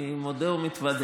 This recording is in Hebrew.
אני מודה ומתוודה,